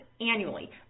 annually